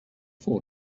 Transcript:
for